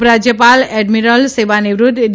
ઉપરાજયપાલ admiral સેવાનિવૃત્ત D